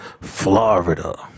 Florida